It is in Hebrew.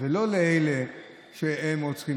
ולא לאלה שהם רוצחים.